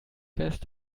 fest